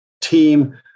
team